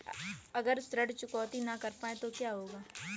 अगर ऋण चुकौती न कर पाए तो क्या होगा?